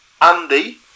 Andy